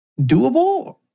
doable